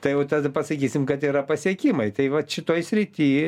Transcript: tai jau tada pasakysim kad yra pasiekimai tai vat šitoj srity